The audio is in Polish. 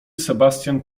sebastian